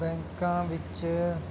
ਬੈਂਕਾਂ ਵਿੱਚ